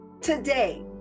Today